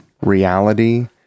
reality